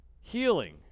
healing